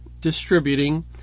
distributing